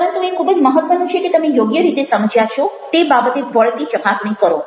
પરંતુ એ ખૂબ જ મહત્ત્વનું છે કે તમે યોગ્ય રીતે સમજ્યા છો તે બાબતે વળતી ચકાસણી કરો